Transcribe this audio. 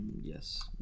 Yes